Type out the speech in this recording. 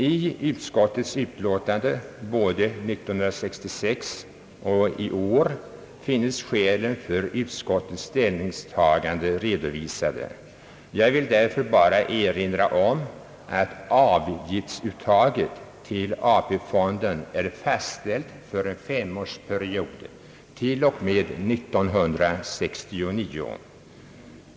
I utskottets utlåtanden, både 1966 och i år, finnes skälen för utskottets ställningstagande redovisade. Jag vill därför bara erinra om att avgiftsuttaget till AP-fonden är fastställt för en femårsperiod t. o .m. 1969.